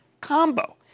combo